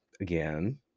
again